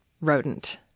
rodent